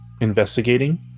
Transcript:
investigating